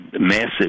massive